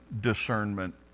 discernment